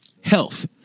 Health